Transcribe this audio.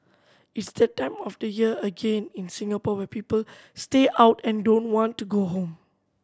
it's that time of the year again in Singapore where people stay out and don't want to go home